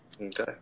Okay